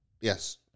Yes